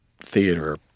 theater